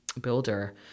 builder